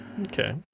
okay